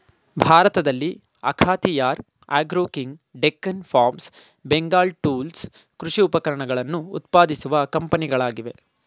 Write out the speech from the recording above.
ಭಾರತದಲ್ಲಿ ಅಖಾತಿಯಾರ್ agro king, Deccan farm, Bengal tools ಕೃಷಿ ಉಪಕರಣಗಳನ್ನು ಉತ್ಪಾದಿಸುವ ಕಂಪನಿಗಳಾಗಿವೆ